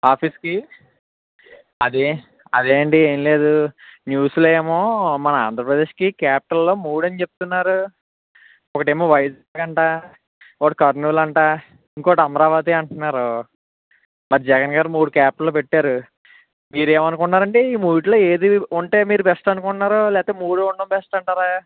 ఆఫీస్కి అదే అదే అండి ఏం లేదు న్యూస్లో ఏమో మన ఆంధ్రప్రదేశ్కి క్యాపిటల్ మూడు అని చెప్తున్నారు ఒకటి ఏమో వైజాగ్ అంట ఒకటి కర్నూల్ అంట ఇంకోటి అమరావతి అంటున్నారు మరి జగన్గారు మూడు క్యాపిటల్ పెట్టారు మీరు ఏమనుకుంటున్నారు అండి ఈ మూడింటిలో ఏది ఉంటే మీరు బెస్ట్ అనుకుంటున్నారు లేకపోతే మూడు ఉండడం బెస్ట్ అంటారా